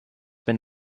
been